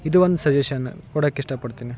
ಇದು ಒಂದು ಸಜೇಷನ್ ಕೊಡೋಕ್ ಇಷ್ಟ ಪಡ್ತೀನಿ